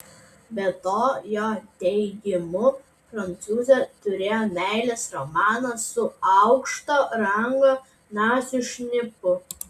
be to jo teigimu prancūzė turėjo meilės romaną su aukšto rango nacių šnipu